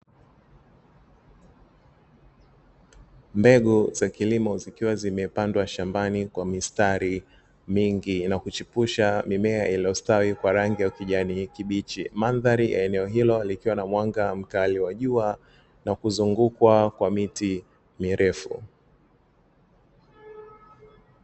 Mbegu za kilimo zikiwa zimepandwa shambani kwa mistari mingi, na kuchipusha mimea iliyostawi kwa rangi ya kijani kibichi, mandhari ya eneo hilo likiwa na mwanga mkali wa jua na kuzungukwa kwa juu kwa miti mirefu.